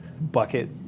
bucket